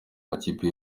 amakipe